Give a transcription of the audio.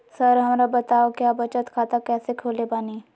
Sir हमरा बताओ क्या बचत खाता कैसे खोले बानी?